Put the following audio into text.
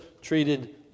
treated